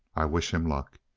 i wish him luck!